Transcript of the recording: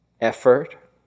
effort